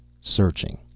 searching